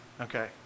Okay